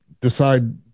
decide